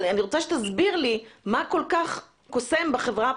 אני רוצה שתסביר לי מה כל כך קוסם בחברה הפרטית,